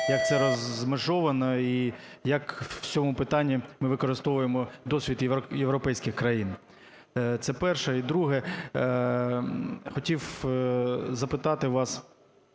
Як це розмежовано? І як в цьому питанні ми використовуємо досвід європейських країн? Це перше. І друге. Хотів запитати вас